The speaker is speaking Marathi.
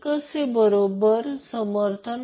तर उत्तरे बरोबर आहेत हे काहींना समजले आहे